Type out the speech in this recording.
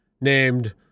named